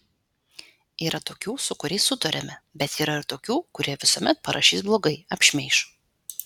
yra tokių su kuriais sutariame bet yra ir tokių kurie visuomet parašys blogai apšmeiš